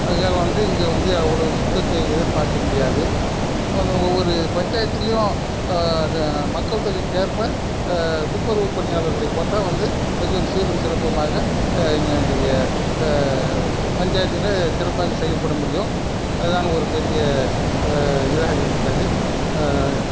ஆகையால் வந்து இங்கே வந்து அவ்வளோ சுத்தத்தை எதிர்ப்பார்க்க முடியாது ஒவ்வொரு பஞ்சாயத்துலேயும் த மக்கள் தொகைக்கு ஏற்ப துப்புரவு பணியாளர்களுடைய போட்டால் வந்து வெகும் சீரும் சிறப்புமாக எங்களுடைய பஞ்சாயத்திலே சிறப்பாக செயல்படும் படியும் அது தான் ஒரு பெரிய இதாக இருக்கிறது